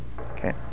Okay